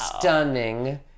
stunning